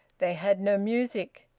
they had no music.